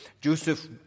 Joseph